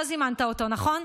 אתה זימנת אותו, נכון?